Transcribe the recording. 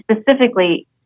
specifically